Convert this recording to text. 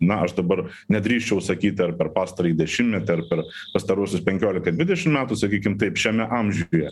na aš dabar nedrįsčiau sakyt ar per pastarąjį dešimtmetį ar per pastaruosius penkiolika dvidešim metų sakykim taip šiame amžiuje